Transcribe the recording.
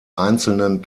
einzelnen